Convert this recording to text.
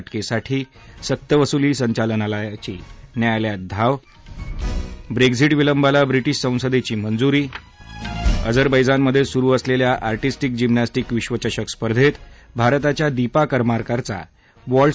अटकेसाठी सक्तवसुली संचालनालयाची न्यायालयात धाव ब्रेक्झिट विलंबाला ब्रिटीश संसदेची मंजुरी अजरबैजानमधे सुरू असलेल्या आर्टिस्टीक जिम्नॅस्टीक विश्वचषक स्पर्धेत भारताच्या दीपा करमाकरचा व्हॉल्ट